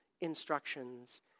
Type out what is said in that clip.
instructions